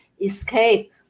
escape